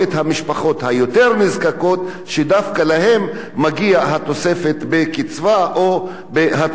שדווקא להן מגיעה התוספת בקצבה או בהטבה שכבודך מדבר עליה.